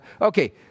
Okay